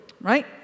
right